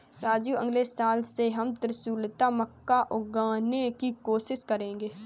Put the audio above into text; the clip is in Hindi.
राजू अगले साल से हम त्रिशुलता मक्का उगाने की कोशिश करेंगे